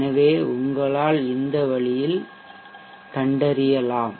எனவே உங்களால் இந்த வழியில் கண்டறியலாம்